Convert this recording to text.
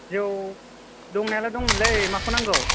जौ दंनायालाय दंमोनलै माखौ नांगौ